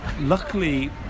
Luckily